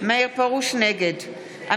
תקשיב טוב, אנחנו בעדו, למה להכניס עוד 300?